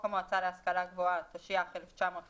חוק המועצה להשכלה גבוהה, התשי"ח-1958,